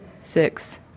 six